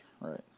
Right